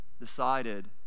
decided